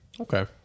Okay